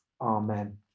Amen